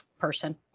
person